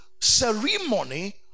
ceremony